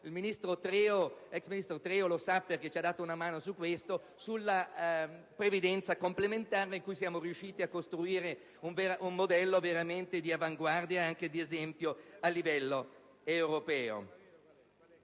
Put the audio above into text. (l'ex ministro senatore Treu lo sa perché ci ha dato una mano) nell'ambito della previdenza complementare, dove siamo riusciti a costruire un modello veramente di avanguardia e anche di esempio a livello europeo.